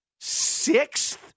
Sixth